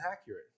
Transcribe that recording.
accurate